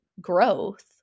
growth